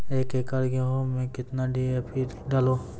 एक एकरऽ गेहूँ मैं कितना डी.ए.पी डालो?